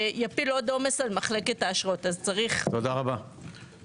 אתם לא יודעים מזה.